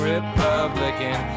Republican